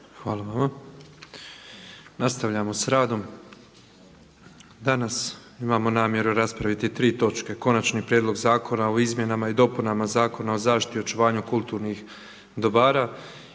Hvala vama. Nastavljamo sa radom. Danas imamo namjeru raspraviti tri točke. Konačni prijedlog zakona o izmjenama i dopunama Zakona o zaštiti i očuvanju kulturnih dobara,